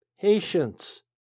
patience